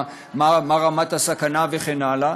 מה רמת הסכנה וכן הלאה.